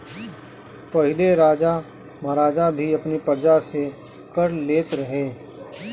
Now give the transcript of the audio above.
पहिले राजा महाराजा भी अपनी प्रजा से कर लेत रहे